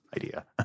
idea